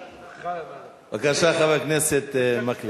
בבקשה, חבר הכנסת מקלב.